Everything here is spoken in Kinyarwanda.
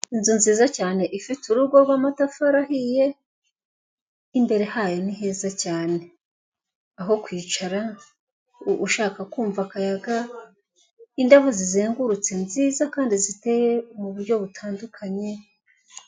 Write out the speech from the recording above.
Inzu nziza cyane ifite urugo rw'amatafari ahiye, imbere hayo ni heza cyane aho kwicara ushaka kumva akayaga, indabo zizengurutse nziza kandi ziteye mu buryo butandukanye.